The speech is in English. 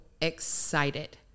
excited